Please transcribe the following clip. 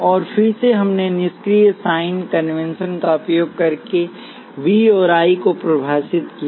और फिर से हमने निष्क्रिय साइन कन्वेंशन का उपयोग करके वी और आई को परिभाषित किया